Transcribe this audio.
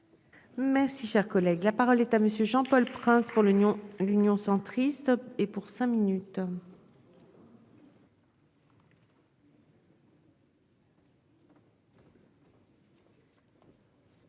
Merci, cher collègue, la parole est à monsieur Jean-Paul Prince pour l'Union, l'Union centriste et pour cinq minutes.